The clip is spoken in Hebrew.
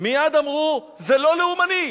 מייד אמרו: זה לא לאומני.